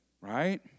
right